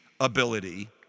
ability